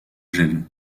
gel